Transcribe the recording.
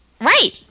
Right